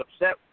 upset